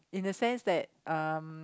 in the sense that um